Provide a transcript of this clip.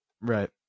Right